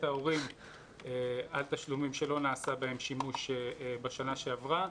ההורים על תשלומים שלא נעשה בהם שימוש בשנה שעברה?